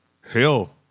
Hell